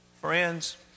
Friends